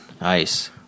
nice